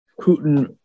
Putin